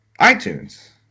iTunes